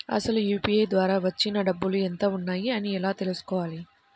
అసలు యూ.పీ.ఐ ద్వార వచ్చిన డబ్బులు ఎంత వున్నాయి అని ఎలా తెలుసుకోవాలి?